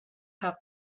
have